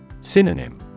Synonym